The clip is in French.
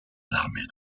l’armée